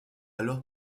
alors